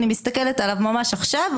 אני מסתכלת עליו ממש עכשיו,